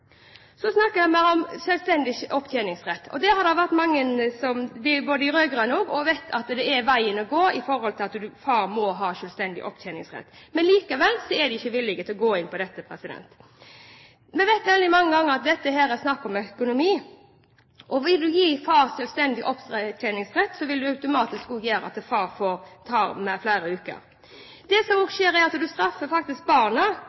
Så snakker en om selvstendig opptjeningsrett. Også mange rød-grønne vet at det er veien å gå: Far må ha selvstendig opptjeningsrett. Likevel er de ikke villige til å gå inn for dette. Vi vet at dette veldig ofte handler om økonomi. Og gir man far selvstendig opptjeningsrett, vil det automatisk føre til at far tar flere uker. Det som også skjer, er at man faktisk straffer barna ved at far og